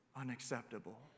unacceptable